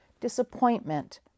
disappointment